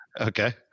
Okay